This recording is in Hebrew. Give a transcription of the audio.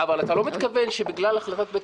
אבל אתה לא מתכוון שבגלל החלטת בית